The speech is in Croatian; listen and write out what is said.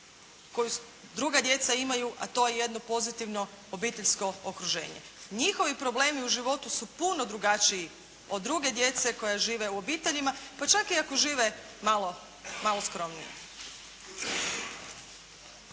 koju druga djeca imaju, a to je jedno pozitivno obiteljsko okruženje. Njihovi problemi u životu su puno drugačiji od druge djece koja žive u obiteljima, pa čak i ako žive malo skromnije.